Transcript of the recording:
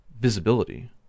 Visibility